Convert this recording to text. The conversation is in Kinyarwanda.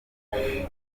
daniel